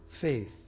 faith